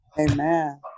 Amen